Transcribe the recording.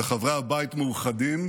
וחברי הבית מאוחדים,